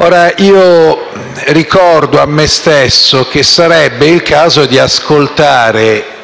Ora, io ricordo a me stesso che sarebbe il caso di ascoltare